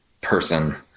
person